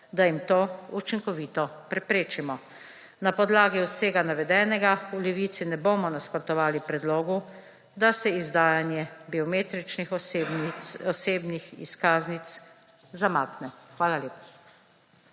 da jim to učinkovito preprečijo. Na podlagi vsega navedenega, v Levici ne bomo nasprotovali predlogu, da se izdajanje biometričnih osebnih izkaznic zamakne. Hvala lepa.